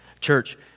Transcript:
Church